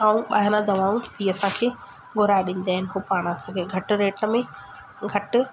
ऐं ॿाहिरां दवाऊं बि असांखे घुराए ॾींदा आहिनि पोइ पाण असांखे घटि रेट में घटि